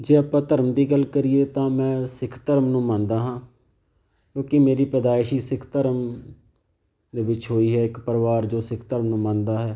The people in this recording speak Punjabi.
ਜੇ ਆਪਾਂ ਧਰਮ ਦੀ ਗੱਲ ਕਰੀਏ ਤਾਂ ਮੈਂ ਸਿੱਖ ਧਰਮ ਨੂੰ ਮੰਨਦਾ ਹਾਂ ਕਿਉਂਕਿ ਮੇਰੀ ਪੈਦਾਇਸ਼ ਹੀ ਸਿੱਖ ਧਰਮ ਦੇ ਵਿੱਚ ਹੋਈ ਹੈ ਇੱਕ ਪਰਿਵਾਰ ਜੋ ਸਿੱਖ ਧਰਮ ਨੂੰ ਮੰਨਦਾ ਹੈ